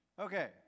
Okay